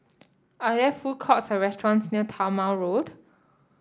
are there food courts or restaurants near Talma Road